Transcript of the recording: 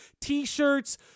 T-shirts